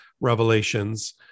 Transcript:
revelations